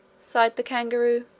sighed the kangaroo